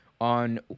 On